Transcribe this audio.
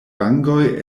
vangoj